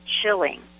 chilling